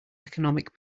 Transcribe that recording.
economic